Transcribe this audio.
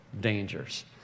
dangers